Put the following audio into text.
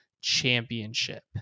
championship